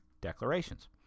declarations